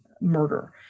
murder